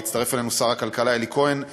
והצטרף אלינו שר הכלכלה אלי כהן,